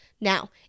Now